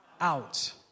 Out